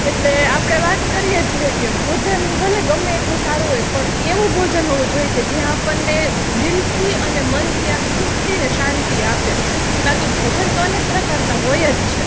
એટલે આપણે વાત કરીએ છીએ કે ભોજન ભલે ગમે એટલું સારું હોય પણ એવું ભોજન હોવું જોઈએ જે આપણને દિલથી અને મનથી આમ તૃપ્તિ અને શાંતિ આપે બાકી ભોજન તો અનેક પ્રકારના હોય જ છે